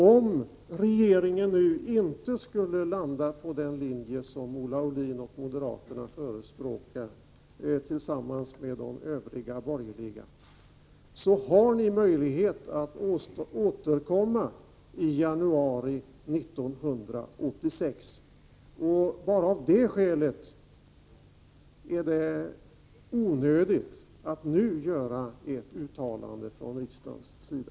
Om regeringen nu inte skulle landa på den linje som Olle Aulin och moderaterna förespråkar tillsammans med de övriga borgerliga, har ni möjlighet att återkomma i januari 1986. Bara av det skälet är det onödigt att nu göra ett uttalande från riksdagens sida.